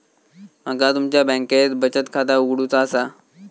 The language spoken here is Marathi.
माका तुमच्या बँकेत बचत खाता उघडूचा असा?